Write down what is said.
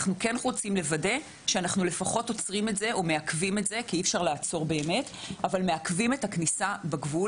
אנחנו רוצים לוודא שאנחנו מעכבים את הכניסה בגבול.